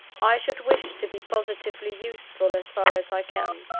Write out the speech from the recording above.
i should wish to be positively useful, as far as i can.